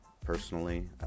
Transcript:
personally